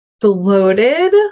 bloated